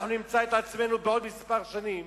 אנחנו נמצא את עצמנו במצב שבו בעוד שנים